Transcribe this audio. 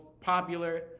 popular